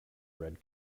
red